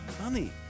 money